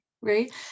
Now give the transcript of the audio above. right